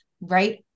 Right